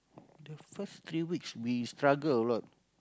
the first three weeks we struggle a lot